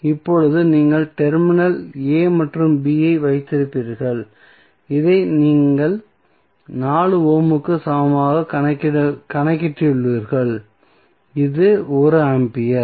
இப்போது நீங்கள் terminal a மற்றும் b ஐ வைத்திருப்பீர்கள் இதை நீங்கள் 4 ஓமுக்கு சமமாக கணக்கிட்டுள்ளீர்கள் இது 1 ஆம்பியர்